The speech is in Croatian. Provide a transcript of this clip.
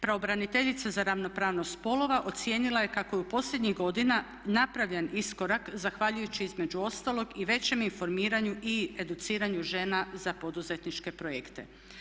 Pravobraniteljica za ravnopravnost spolova ocijenila je kako je u posljednjih godina napravljen iskorak zahvaljujući između ostalog i većem informiranju i educiranju žena za poduzetničke projekte.